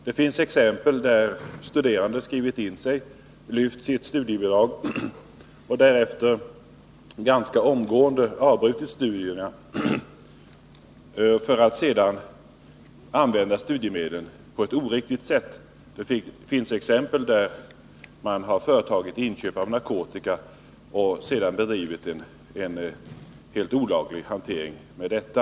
Det finns exempel på att studerande skrivit in sig, lyft studiebidrag och därefter ganska omgående avbrutit studierna för att använda studiemedlen på ett oriktigt sätt. Det finns exempel på att man har företagit inköp av narkotika och bedrivit en helt olaglig hantering med denna.